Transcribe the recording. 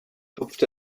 tupft